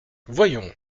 voyons